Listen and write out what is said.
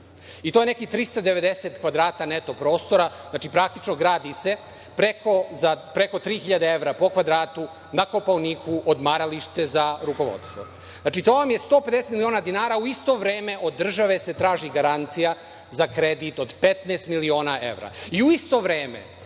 i to je nekih 390 kvadrata neto prostora, znači praktično gradi se za preko 3.000 evra po kvadratu na Kopaoniku odmaralište za rukovodstvo. Znači, to vam je 150 miliona dinara. U isto vreme od države se traži garancija za kredit od 15 miliona evra.